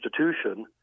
institution